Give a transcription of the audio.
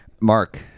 Mark